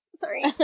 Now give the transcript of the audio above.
Sorry